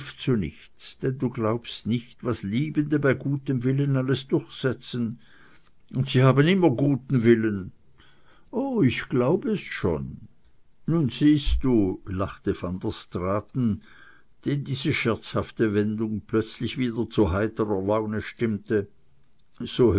zu nichts denn du glaubst gar nicht was liebende bei gutem willen alles durchsetzen und sie haben immer guten willen o ich glaub es schon nun siehst du lachte van der straaten den diese scherzhafte wendung plötzlich wieder zu heiterer laune stimmte